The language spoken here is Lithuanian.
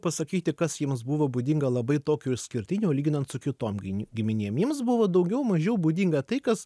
pasakyti kas jiems buvo būdinga labai tokio išskirtinio jiems buvo daugiau mažiau būdinga tai kas